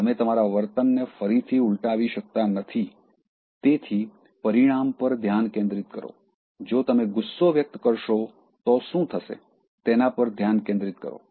તમે તમારા વર્તનને ફરીથી ઉલટાવી શકતા નથી તેથી પરિણામ પર ધ્યાન કેન્દ્રિત કરો જો તમે ગુસ્સો વ્યક્ત કરશો તો શું થશે તેના પર ધ્યાન કેન્દ્રિત કરો